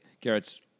Garrett's